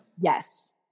yes